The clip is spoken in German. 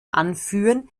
anführen